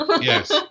Yes